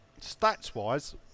stats-wise